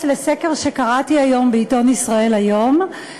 לסקר שקראתי היום בעיתון "ישראל היום",